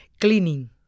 cleaning